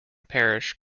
parish